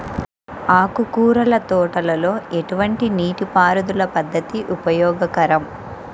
ఆకుకూరల తోటలలో ఎటువంటి నీటిపారుదల పద్దతి ఉపయోగకరం?